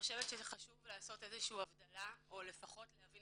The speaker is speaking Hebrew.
חשוב לעשות איזושהי הבחנה או לפחות להבין